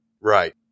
Right